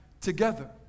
together